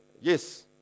yes